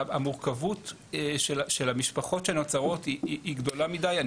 המורכבות של המשפחות שנוצרות היא גדולה מידי.